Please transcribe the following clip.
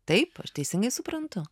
taip aš teisingai suprantu